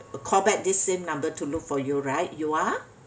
call back this same number to look for you right you are